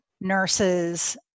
nurses